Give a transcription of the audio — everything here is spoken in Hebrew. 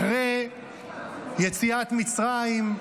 אחרי יציאת מצרים,